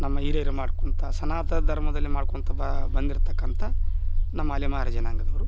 ನಮ್ಮ ಹಿರಿಯರು ಮಾಡ್ಕೊಳ್ತಾ ಸನಾತನ ಧರ್ಮದಲ್ಲಿ ಮಾಡ್ಕೊಳ್ತಾ ಬಂದಿರ್ತಕ್ಕಂಥ ನಮ್ಮ ಅಲೆಮಾರಿ ಜನಾಂಗದವರು